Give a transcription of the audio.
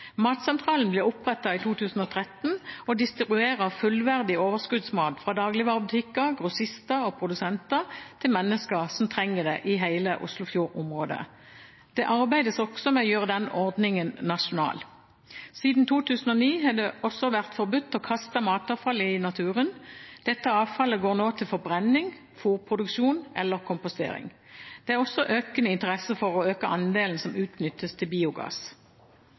Matsentralen ble opprettet i 2013 og distribuerer fullverdig overskuddsmat fra dagligvarebutikker, grossister og produsenter til mennesker som trenger det, i hele Oslofjordområdet. Det arbeides også med å gjøre denne ordningen nasjonal. Siden 2009 har det også vært forbudt å kaste matavfall i naturen. Dette avfallet går nå til forbrenning, fôrproduksjon eller kompostering. Det er også økende interesse for å øke andelen som utnyttes til biogass.